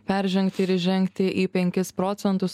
peržengt ir įžengti į penkis procentus